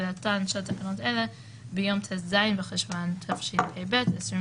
תחילתן של תקנות אלה ביום ט"ז בחשוון התשפ"ב (22